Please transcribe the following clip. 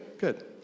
good